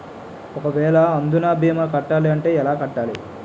ఒక వేల అందునా భీమా కట్టాలి అంటే ఎలా కట్టాలి?